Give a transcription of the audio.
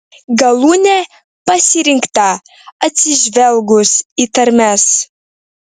galūnė pasirinkta atsižvelgus į tarmes